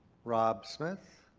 rob smith.